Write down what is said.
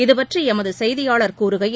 இதுபற்றி எமது செய்தியாளர் கூறுகையில்